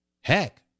Heck